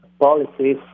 policies